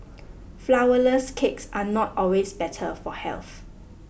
Flourless Cakes are not always better for health